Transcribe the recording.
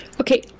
Okay